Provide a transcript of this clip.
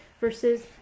versus